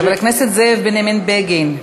חבר הכנסת זאב בנימין בגין,